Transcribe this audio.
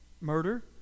murder